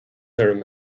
orm